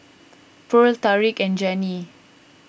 Purl Tariq and Janie